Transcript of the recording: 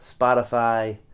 spotify